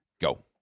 Go